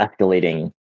escalating